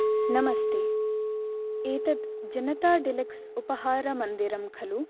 नमस्ते एतत् जनाता डिलक्स् उपहारमन्दिरं खलु